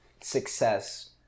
success